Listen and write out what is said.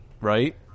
right